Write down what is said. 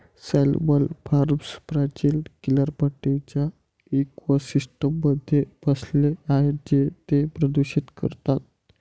salmon farms प्राचीन किनारपट्टीच्या इकोसिस्टममध्ये बसले आहेत जे ते प्रदूषित करतात